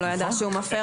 הוא לא ידע שהוא מפר.